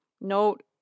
Note